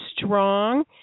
strong